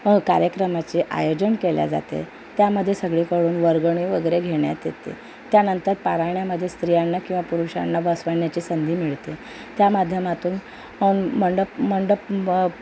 कार्यक्रमाचे आयोजन केल्या जाते त्यामध्ये सगळीकडून वर्गणी वगैरे घेण्यात येते त्यानंतर पारायणामध्ये स्त्रियांना किंवा पुरुषांना बसवण्याची संधी मिळते त्या माध्यमातून मंडप मंडप बप्